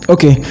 Okay